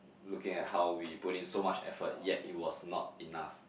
looking at how we put in so much effort yet it was not enough